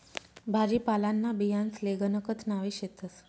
भाजीपालांना बियांसले गणकच नावे शेतस